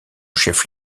chef